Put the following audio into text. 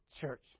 church